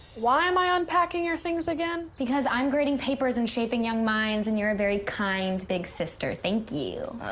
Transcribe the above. why am i unpacking your things again? again? because i'm grading papers and shaping young minds, and you're a very kind big sister. thank you.